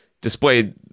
displayed